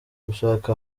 gushaka